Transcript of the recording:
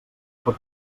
pot